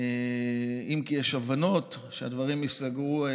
אם כי יש הבנות שהדברים ייסגרו.